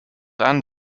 and